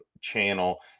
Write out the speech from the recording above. channel